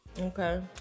okay